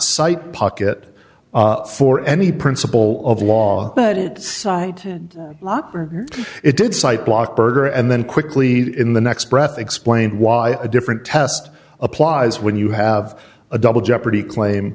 cite pocket for any principle of law but it cited it did cite block berger and then quickly in the next breath explained why a different test applies when you have a double jeopardy claim